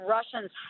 Russians